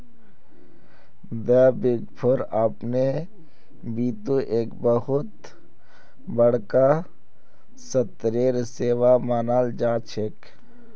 द big four अपने बितु एक बहुत बडका स्तरेर सेवा मानाल जा छेक